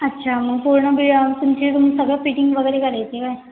अच्छा मग पूर्ण बिय तुमची तुम्ही सगळं फिटिंग वगैरे करायची आहे काय